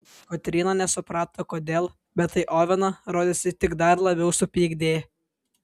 kotryna nesuprato kodėl bet tai oveną rodėsi tik dar labiau supykdė